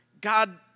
God